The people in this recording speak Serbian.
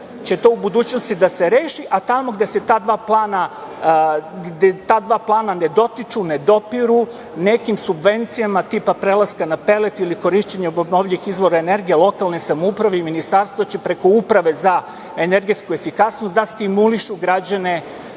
će to u budućnosti da se reši, a tamo gde ta dva plana ne dotiču, ne dopiru nekim subvencijama tipa prelaska na pelet ili korišćenje obnovljivih izvora energija lokalne samouprave i ministarstva će preko Uprave za energetsku efikasnost da stimulišu građane